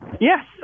Yes